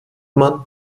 man